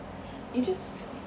it just